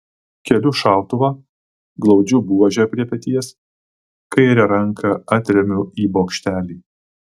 keliu šautuvą glaudžiu buožę prie peties kairę ranką atremiu į bokštelį